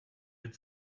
had